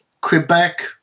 Quebec